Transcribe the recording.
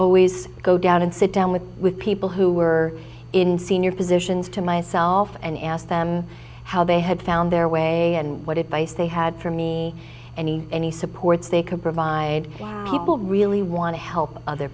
always go down and sit down with people who were in senior positions to myself and ask them how they had found their way and what advice they had for me and any supports they could provide people really want to help other